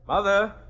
Mother